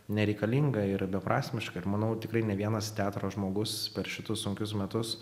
nereikalinga ir beprasmiška ir manau tikrai ne vienas teatro žmogus per šitus sunkius metus